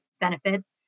benefits